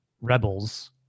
Rebels